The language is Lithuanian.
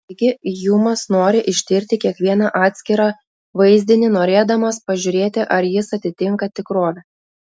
taigi hjumas nori ištirti kiekvieną atskirą vaizdinį norėdamas pažiūrėti ar jis atitinka tikrovę